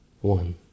one